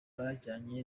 bajyanye